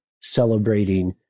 celebrating